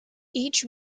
each